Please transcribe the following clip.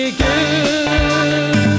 good